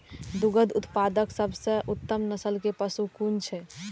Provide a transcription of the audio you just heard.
दुग्ध उत्पादक सबसे उत्तम नस्ल के पशु कुन छै?